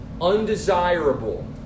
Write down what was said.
undesirable